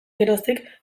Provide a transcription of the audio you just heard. geroztik